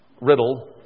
riddle